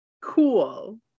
cool